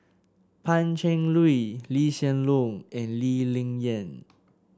Pan Cheng Lui Lee Hsien Loong and Lee Ling Yen